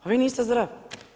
Pa vi niste zdravi!